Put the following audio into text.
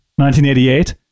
1988